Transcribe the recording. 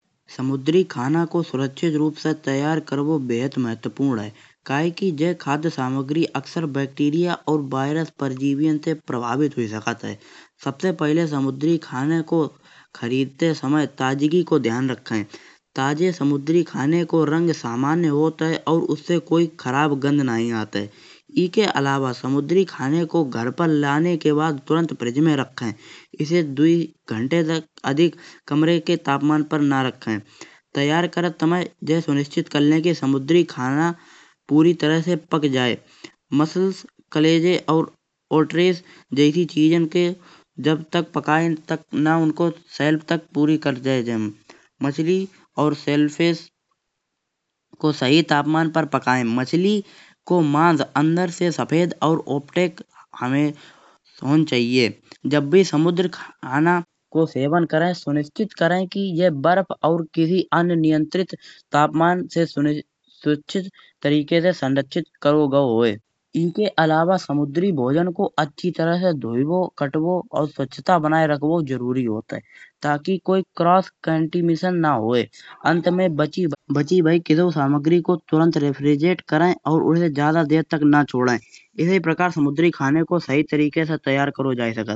समुद्री खाना को सुरक्षित रूप से तैयार करवो बहुत महत्वपूर्ण है। काहे की जे खाद्य सामग्री बैक्टीरिया और वायरस परजीवियाँ से प्रभावित होई सका है। सबसे पहले समुद्री खाने को खरीदते समय ताजगी को ध्यान रखे। ताजे समुद्री खाने को रंग सामान्य होत है और उससे कोई खराब गंध नहीं आत है। इखे अलावा समुद्री खाने को घर पर लाने के बाद तुरंत फ्रिज में रखे इसे दुआ घण्टे तक अधिक कमरे के तापमान पर ना रखे। तैयार करत समय जह सुनिश्चित करले की समुद्री खाना पूरी तरह से पक जाए मसल्स, कलेजे और पोट्री जैसे चीजें के जब तक पकाये ना तब तक सेल्स तक। मछली और सेल फिश को सही तापमान पर पकाये। मछली को मॉन्स अंदर से सफेद और ऑप्टिक होन चाहिए। जब भी समुद्री खाना को सेवन करे सुनिश्चित करे। कि यह वर्फ और किसी अन्य नियंत्रित तापमान से सुरक्षित तरीके से संरक्षित करो गाओ होये। एँके अलावा समुद्री भोजन को अच्छी तरह धुबो, कतबो और स्वच्छता बनाये रखबो जरूरी होत है। ताकि कोई क्रॉस कंटैमिनेशन ना होये। अंत में बची भाई सामग्री को तुरंत रेफ्रिजरेट करे और उसे ज्यादा देर तक ना छोड़े। इसी प्रकार समुद्री खाने को सही तरीके से तैयार करो जाय सकत।